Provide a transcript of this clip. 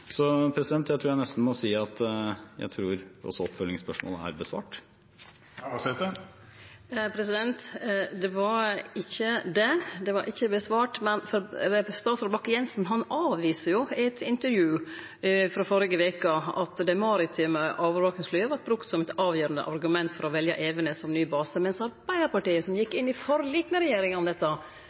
må si at oppfølgingsspørsmålet er besvart. Det er ikkje det. Det er ikkje svart på. Statsråd Bakke-Jensen avviser i eit intervju frå førre veka at det maritime overvakingsflyet vart brukt som avgjerande argument for å velje Evenes som ny base, mens både leiaren og forsvarspolitisk talskvinne i Arbeidarpartiet, som gjekk inn i forlik med regjeringa om dette,